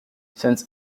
since